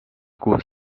kuus